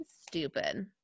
Stupid